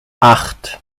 acht